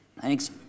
Thanks